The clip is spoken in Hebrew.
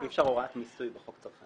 אי אפשר הוראת מיסוי בחוק צרכני.